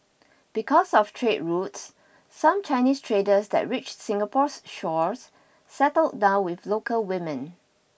because of trade routes some Chinese traders that reached Singapore's shores settled down with local women